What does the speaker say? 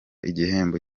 igihembo